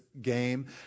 game